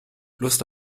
lust